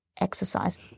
exercise